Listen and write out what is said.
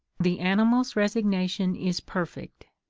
the animal's resignation is perfect,